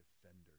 defender